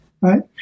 right